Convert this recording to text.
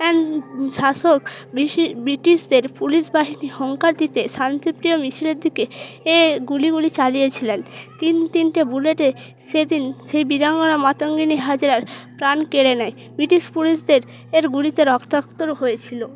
N শাসক ব্রিটিশদের police বাহিনী হুঙ্কার দিতে শান্তিপ্রিয় মিছিলের দিকে এ গুলি গুলি চালিয়েছিলেন তিন তিনটে বুলেটে সেদিন সেই বীরাঙ্গনা মাতঙ্গিনী হাজরার প্রাণ কেড়ে নেয় ব্রিটিশ পুলিশদের এর গুলিতে রক্তাক্ত হয়েছিল